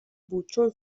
بود، چون